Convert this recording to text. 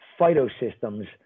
phytosystems